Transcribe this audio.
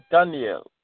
Daniel